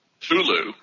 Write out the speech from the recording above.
Hulu